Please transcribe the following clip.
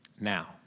Now